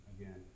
again